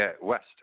West